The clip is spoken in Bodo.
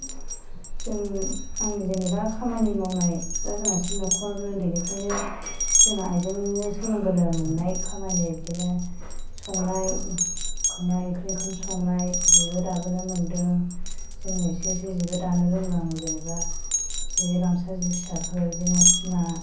जों आंनि जेनेबा खामानि मावनायफ्रा गोनांसिन न'खर उन्दैनिफ्रायनो जों आइजोंनो सोलोंबोनो मोननाय खामानि बिदिनो संनाय खावनाय ओंख्रि ओंखाम संनाय जिबो दाबोनो मोनदों जों एसे एसे जिबो दानो रोङो आङो जेनेबा जि गामसा जि फिसाफोर बिदिनो सिमा